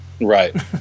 Right